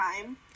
time